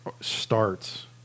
starts